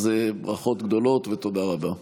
ברכות גדולות ותודה רבה.